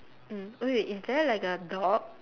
mm oh wait is there like a dog